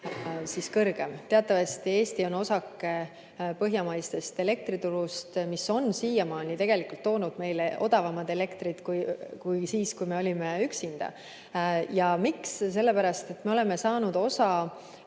on kõrgem. Teatavasti on Eesti osake põhjamaisest elektriturust, mis on siiamaani tegelikult toonud meile odavamat elektrit sellest, mis oli siis, kui me olime üksinda. Miks? Sellepärast, et me oleme saanud osa